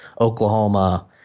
Oklahoma